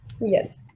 Yes